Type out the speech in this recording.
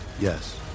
Yes